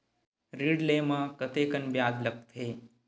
ऋण ले म कतेकन ब्याज लगथे?